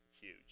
huge